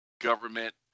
Government